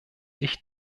ich